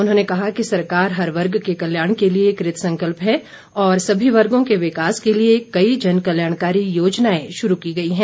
उन्होंने कहा कि सरकार हर वर्ग के कल्याण के लिए कृतसंकल्प है और समी वर्गों के विकास के लिए कई जनकल्याणकारी योजनाएं शुरू की गई है